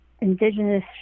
indigenous